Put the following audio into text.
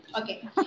okay